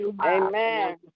Amen